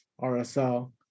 RSL